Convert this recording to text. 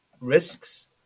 risks